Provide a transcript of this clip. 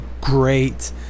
great